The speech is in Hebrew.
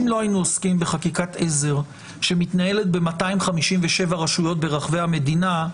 אם לא היינו עוסקים בחקיקת עזר שמתנהלת ב-257 רשויות ברחבי המדינה,